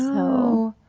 oh